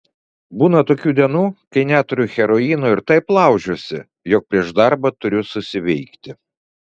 būna tokių dienų kai neturiu heroino ir taip laužiuosi jog prieš darbą turiu susiveikti